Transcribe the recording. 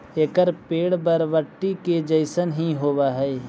एकर पेड़ बरबटी के जईसन हीं होब हई